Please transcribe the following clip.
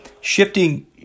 Shifting